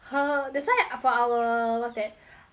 for our what's that our project